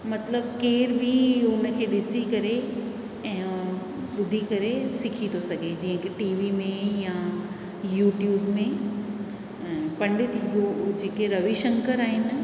मतिलबु केर बि उन खे ॾिसी करे ऐं ॿुधी करे सिखी थो सघे जीअं की टीवी में या यूट्यूब में पंडित योग जेके रविशंकर आहिनि